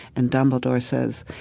and dumbledore says,